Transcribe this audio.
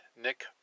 Nick